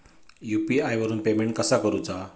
UPI वरून payment कसा करूचा?